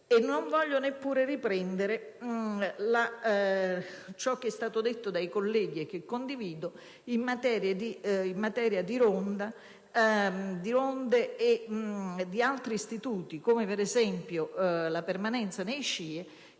non voglio neppure riprendere ciò che è stato evidenziato dai colleghi, e che io condivido, in materia di ronde e di altri istituti, come ad esempio la permanenza nei